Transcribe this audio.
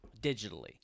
digitally